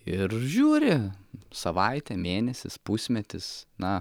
ir žiūri savaitė mėnesis pusmetis na